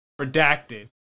Redacted